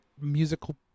musical